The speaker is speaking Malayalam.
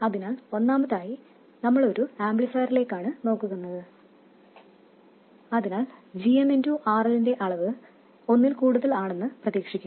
അതിനാൽ ഒന്നാമതായി നമ്മൾ ഒരു ആംപ്ലിഫയറിലേക്കാണ് നോക്കുകയാണ് അതിനാൽ gmRL ന്റെ അളവ് തന്നെ ഒന്നിൽ കൂടുതൽ ആണെന്ന് പ്രതീക്ഷിക്കാം